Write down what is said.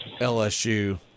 LSU